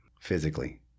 physically